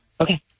Okay